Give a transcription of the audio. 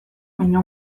baina